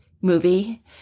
movie